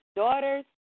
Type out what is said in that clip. daughter's